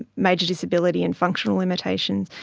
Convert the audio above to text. major disability and functional limitations.